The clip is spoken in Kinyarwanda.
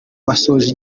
basoje